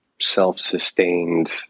self-sustained